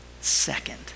second